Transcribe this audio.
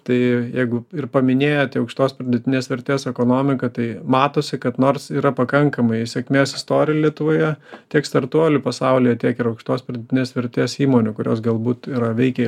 tai jeigu ir paminėjote aukštos pridėtinės vertės ekonomiką tai matosi kad nors yra pakankamai sėkmės istorijų lietuvoje tiek startuolių pasaulyje tiek ir aukštos pridėtinės vertės įmonių kurios galbūt yra veikę